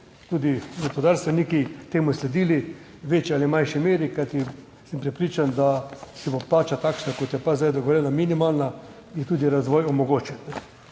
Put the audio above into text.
tudi gospodarstveniki temu sledili v večji ali manjši meri, kajti sem prepričan, da če bo plača takšna kot je pa zdaj dogovorjena, minimalna, je tudi razvoj omogočen.